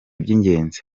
by’ingenzi